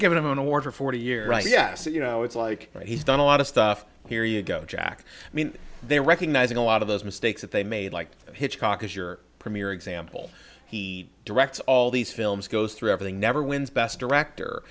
for forty year yes you know it's like he's done a lot of stuff here you go jack i mean they're recognizing a lot of those mistakes that they made like hitchcock as your premier example he directs all these films goes through everything never wins best director